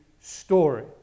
story